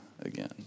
again